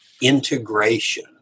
integration